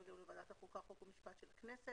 והטכנולוגיה ולוועדת החוקה חוק ומשפט של הכנסת,